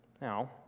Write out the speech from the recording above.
Now